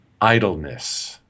idleness